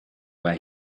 where